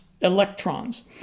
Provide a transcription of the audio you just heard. electrons